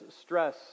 stress